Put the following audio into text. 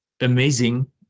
amazing